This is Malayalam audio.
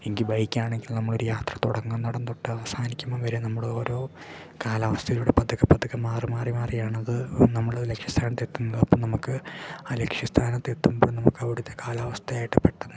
എങ്കിൽ ബൈക്കാണെങ്കിൽ നമ്മളൊരു യാത്ര തുടങ്ങുന്നയിടം തൊട്ട് അവസാനിക്കുമ്പം വരെ നമ്മളോരോ കാലാവസ്ഥയിലൂടെ പതുക്കെ പതുക്കെ മാറി മാറി മാറിയാണത് നമ്മൾ ലക്ഷ്യസ്ഥാനത്തെത്തുന്നത് അപ്പം നമുക്ക് ആ ലക്ഷ്യസ്ഥാനത്തെത്തുമ്പോൾ നമുക്ക് അവിടുത്തെ കാലാവസ്ഥയുമായിട്ട് പെട്ടെന്ന് നമുക്ക്